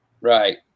Right